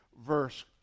verse